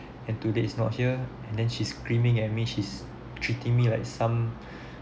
and today is not here and then she screaming at me she's treating me like some